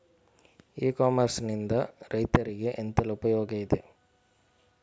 E commerce ನಿಂದ ರೈತರಿಗೆ ಎಂತೆಲ್ಲ ಉಪಯೋಗ ಇದೆ?